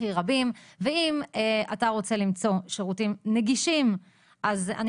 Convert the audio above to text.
הכי רבים ואם אתה רוצה למצוא שירותים נגישים אז אני